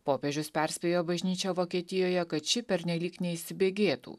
popiežius perspėjo bažnyčią vokietijoje kad ši pernelyg neįsibėgėtų